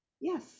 Yes